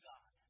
God